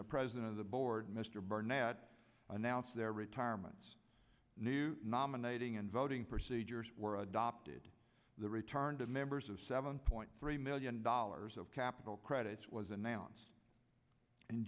the president of the board mr barnett announced their retirements new nominating and voting procedures were adopted the return to members of seven point three million dollars of capital credits was announced in